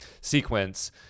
sequence